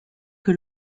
que